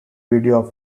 video